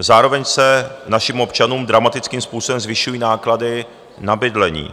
Zároveň se našim občanům dramatickým způsobem zvyšují náklady na bydlení.